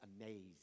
amazed